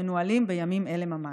המנוהלים בימים אלה ממש.